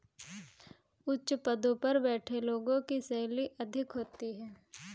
उच्च पदों पर बैठे लोगों की सैलरी अधिक होती है